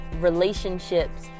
relationships